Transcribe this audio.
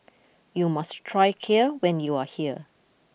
you must try Kheer when you are here